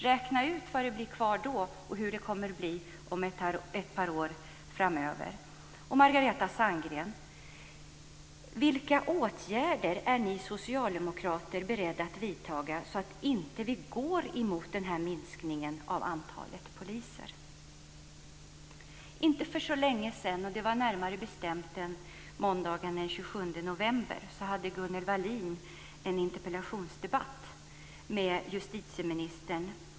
Räkna ut vad som blir kvar då och hur det kommer att bli om ett par år framöver! Margareta Sandgren! Vilka åtgärder är ni socialdemokrater beredda att vidta för att vi inte ska gå mot den här minskningen av antalet poliser? För inte så länge sedan - det var närmare bestämt måndagen den 27 november - hade Gunnel Wallin en interpellationsdebatt med justitieministern.